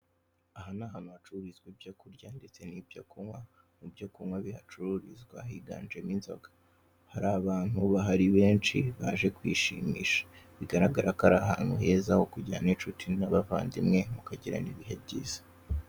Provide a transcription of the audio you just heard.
Aha ni ahantu hacuruzizwa ibyo kurya ndetse n'ibyo kunywa ibyo kunywa bihacururizwa higanjemo inzoga, hari abantu bahari benshi baje kwishimisha bigaragara ko ari ahantu heza ho kujya n'inshuti n'abavandimwe mukagirana ibihe byiza.